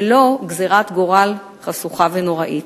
ולא גזירת גורל חשוכה ונוראית.